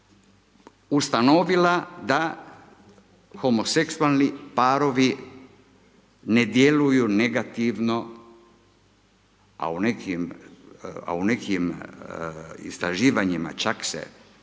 ustanovila da homoseksualni parovi ne djeluju negativno, a u nekim istraživanjima čak se